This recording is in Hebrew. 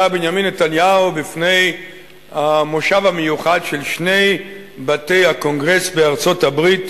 בנימין נתניהו בפני המושב המיוחד של שני בתי-הקונגרס בארצות-הברית